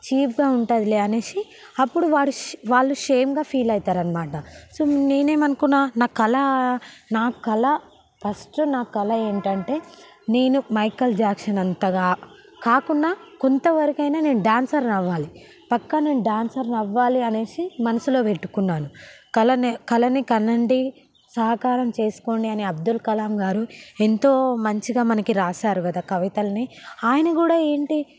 చీప్గా ఉంటదిలే అనేసి అప్పుడు వారి వాళ్లు షేమ్గా ఫీల్ అవుతారు అనమాట నేనేమనుకున్నా నా కల నా కల ఫస్ట్ నా కల ఏంటంటే నేను మైకల్ జాక్సన్ అంతగా కాకున్న కొంతవరకైనా నేను డాన్సర్ అవ్వాలి పక్క నేను డాన్సర్ అవ్వాలి అనేసి మనసులో పెట్టుకున్నాను కలని కలని కనండి సహకారం చేసుకోండి అని అబ్దుల్ కలాం గారు ఎంతో మంచిగా మనకి రాశారు కదా కవితలని ఆయన కూడా ఏంటి